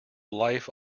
life